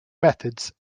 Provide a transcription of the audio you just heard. methods